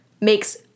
makes